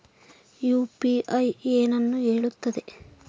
UPI ಏನನ್ನು ಹೇಳುತ್ತದೆ?